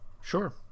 Sure